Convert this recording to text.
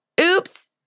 oops